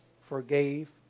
forgave